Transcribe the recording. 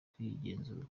kwigenzura